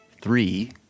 Three